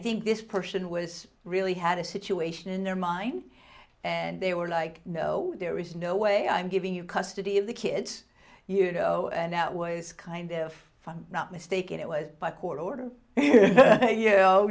think this person was really had a situation in their mind and they were like no there is no way i'm giving you custody of the kids you know and that was kind of fun not mistake it was by court